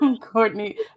Courtney